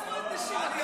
אל תעצרו את